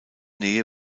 nähe